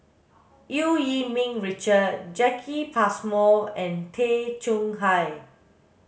Eu Yee Ming Richard Jacki Passmore and Tay Chong Hai